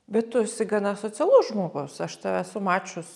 bet tu esi gana socialus žmogus aš tave esu mačius